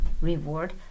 reward